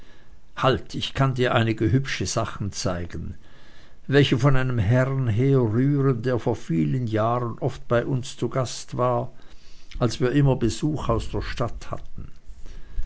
halt ich kann dir einige hübsche sachen zeigen welche von einem herrn herrühren der vor vielen jahren oft bei uns zu gast war als wir immer besuch aus der stadt hatten